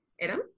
Adam